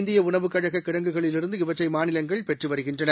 இந்தியஉணவுக் கழககிடங்குகளிலிருந்து இவற்றைமாநிலங்கள் பெற்றுவருகின்றன